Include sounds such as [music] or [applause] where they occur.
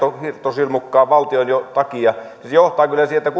hirttosilmukkaan valtion takia niin se johtaa kyllä siihen että [unintelligible]